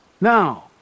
Now